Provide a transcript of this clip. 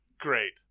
great